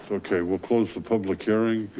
yeah okay, we'll close the public hearing.